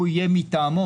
הוא יהיה מטעמו,